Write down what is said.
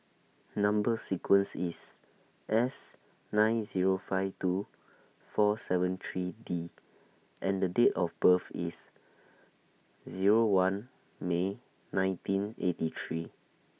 Number sequence IS S nine Zero five two four seven three D and The Date of birth IS Zero one May nineteen eighty three